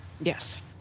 Yes